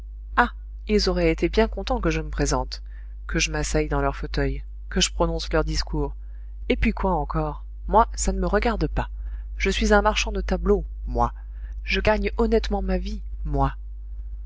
ah ils auraient été bien contents que je me présente que je m'asseye dans leur fauteuil que je prononce leur discours et puis quoi encore moi ça ne me regarde pas je suis un marchand de tableaux moi je gagne honnêtement ma vie moi